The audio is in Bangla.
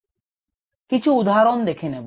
কিছু উদাহরণ দেখে নেব